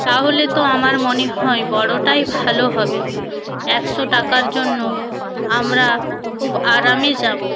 তাহলে তো আমার মনে হয় বড়োটাই ভালো হবে একশো টাকার জন্য আমরা খুব আরামে যাবো